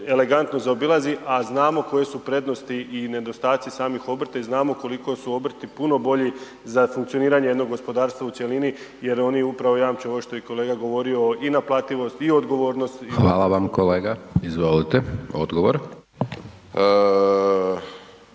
elegantno zaobilazi, a znamo koje su prednosti i nedostaci samih obrta i znamo koliko su obrti puno bolji za funkcioniranje jednog gospodarstva u cjelini jer oni upravo jamče ovo što je kolega govorio i naplativost i odgovornost i …/Upadica: Hvala vam